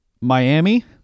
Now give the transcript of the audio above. Miami